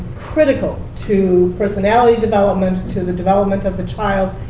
critical to personality development, to the development of the child,